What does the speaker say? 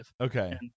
Okay